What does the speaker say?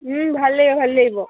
ভাল লাগ ভাল লাগিব